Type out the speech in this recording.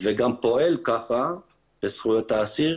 וגם פועל ככה, בזכויות האסיר